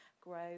grow